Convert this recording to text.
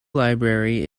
library